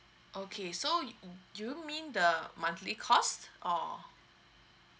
okay so do you mean the monthly cost or